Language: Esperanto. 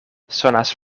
sonas